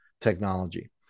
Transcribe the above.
technology